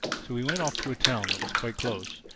so he went off to a town that was quite close,